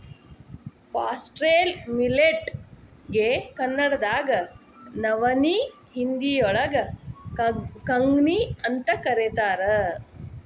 foxtail millet ಗೆ ಕನ್ನಡದಾಗ ನವನಿ, ಹಿಂದಿಯೋಳಗ ಕಂಗ್ನಿಅಂತ ಕರೇತಾರ